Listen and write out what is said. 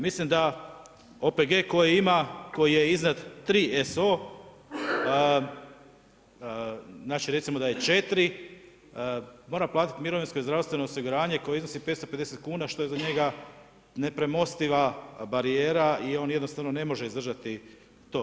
Mislim da OPG koji ima, koji je iznad 3SO, znači recimo da je 4 mora platiti mirovinsko i zdravstveno osiguranje koji iznosi 550 kuna što je za njega nepremostiva barijera i on jednostavno ne može izdržati to.